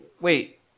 Wait